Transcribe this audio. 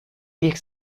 ilk